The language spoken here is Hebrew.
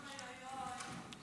אוי, אוי, אוי.